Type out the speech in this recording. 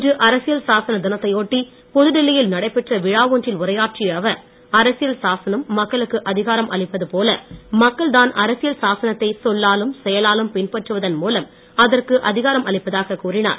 இன்று அரசியல் சாசன தினத்தை ஒட்டி புதுடில்லி யில் நடைபெற்ற விழா ஒன்றில் உரையாற்றிய அவர் அரசியல் சாசனம் மக்களுக்க அதிகாரம் அளிப்பதுபோல மக்கள்தான் அரசியல் சாசனத்தை சொல்லாலும் செயலாலும் பின்பற்றுவதன் மூலம் அதற்கு அதிகாரம் அளிப்பதாகக் கூறினார்